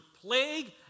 plague